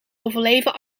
overleven